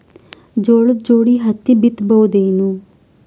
ಜೋಳದ ಜೋಡಿ ಹತ್ತಿ ಬಿತ್ತ ಬಹುದೇನು?